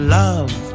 love